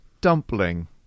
dumpling